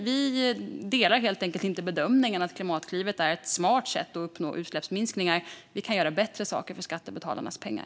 Vi delar helt enkelt inte bedömningen att Klimatklivet är ett smart sätt att uppnå utsläppsminskningar. Vi kan göra bättre saker för skattebetalarnas pengar.